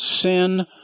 sin